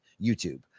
YouTube